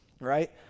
right